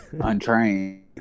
Untrained